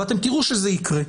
ואתם תראו שזה יקרה.